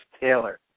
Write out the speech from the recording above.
Taylor